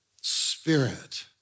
spirit